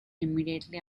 immediately